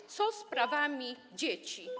A co z prawami dzieci?